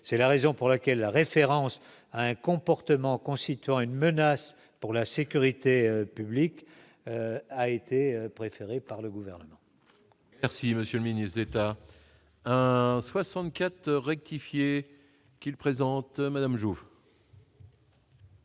c'est la raison pour laquelle la référence à un comportement constituant une menace pour la sécurité publique a été préféré par le gouvernement.